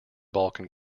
balkan